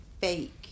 fake